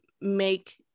make